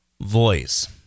voice